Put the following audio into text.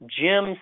Jim